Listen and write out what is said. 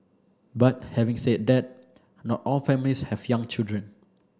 but having said that not all families have young children